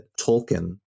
Tolkien